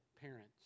parents